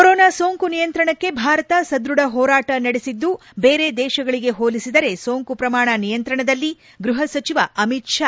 corona ಸೋಂಕು ನಿಯಂತ್ರಣಕ್ಕೆ ಭಾರತ ಸದೃಢ ಹೋರಾಡ ನಡೆಸಿದ್ದು ಬೇರೆ ದೇಶಗಳಿಗೆ ಹೋಲಿಸಿದರೆ ಸೋಂಕು ಪ್ರಮಾಣ ನಿಯಂತ್ರಣದಲ್ಲಿ ಗೃಹ ಸಚಿವ ಅಮಿತ್ ಶಾ